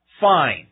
fine